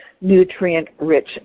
nutrient-rich